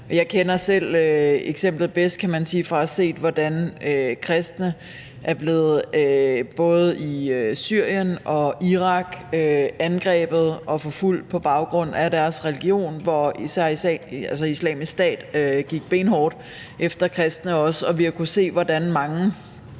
Jeg kender selv eksemplet bedst, kan man sige, fra at have set, hvordan kristne både i Syrien og Irak er blevet angrebet og forfulgt på baggrund af deres religion, hvor især Islamisk Stat også gik benhårdt efter kristne, og vi har kunnet se, hvordan mange